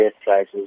prices